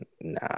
Nah